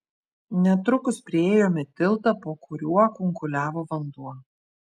netrukus priėjome tiltą po kuriuo kunkuliavo vanduo